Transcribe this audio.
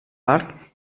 arc